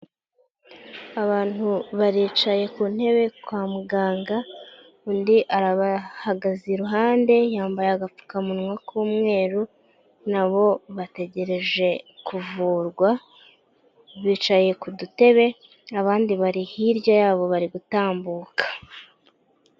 Abantu baricaye ku ntebe kwa muganga undi arabahagaze iruhande yambaye agapfukamunwa k'umweru nabo bategereje kuvurwa bicaye ku dutebe, abandi bari hirya yabo bari gutambuka.